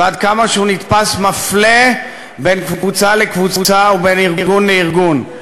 ועד כמה שהוא נתפס מפלה בין קבוצה לקבוצה ובין ארגון לארגון.